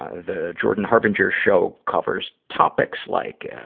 the jordan harbinger show covers topics like,